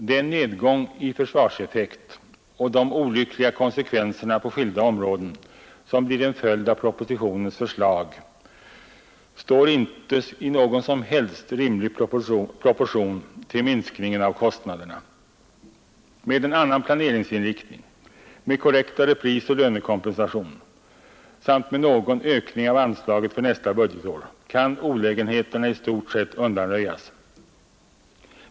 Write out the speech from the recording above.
Den nedgång i försvarseffekt och de olyckliga konsekvenserna på skilda områden, som blir en följd av propositionens förslag, står inte i någon som helst rimlig proportion till minskningen av kostnaderna Med en annan planeringsinriktning, med korrektare prisoch lönekompensation samt med någon ökning av anslaget för nästa budgetår kan olägenheterna istort sett undanröjas.